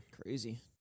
Crazy